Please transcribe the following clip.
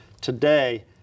today